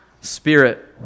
spirit